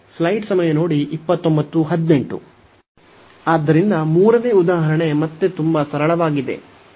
ಆದ್ದರಿಂದ ಮೂರನೇ ಉದಾಹರಣೆ ಮತ್ತೆ ತುಂಬಾ ಸರಳವಾಗಿದೆ